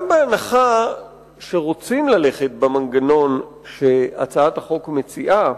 גם בהנחה שרוצים ללכת במנגנון שהצעת החוק מציעה,